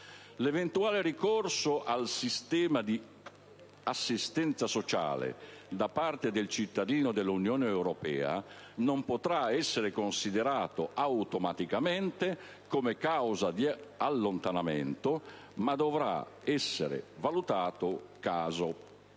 L'eventuale ricorso al sistema di assistenza sociale da parte del cittadino dell'Unione europea non potrà essere considerato automaticamente come causa di allontanamento, ma dovrà essere valutato caso